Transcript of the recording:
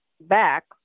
back